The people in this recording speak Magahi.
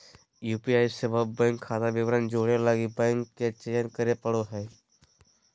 यू.पी.आई सेवा बैंक खाता विवरण जोड़े लगी बैंक के चयन करे पड़ो हइ